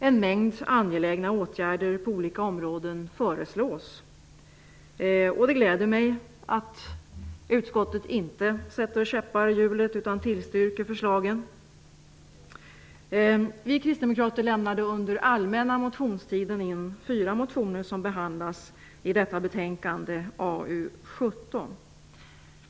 En mängd angelägna åtgärder på olika områden föreslås, och det gläder mig att utskottet inte sätter käppar i hjulet utan tillstyrker förslagen. Vi kristdemokrater väckte under allmänna motionstiden fyra motioner som behandlas i betänkandet AU17.